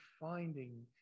finding